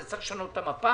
זה סיפור אחר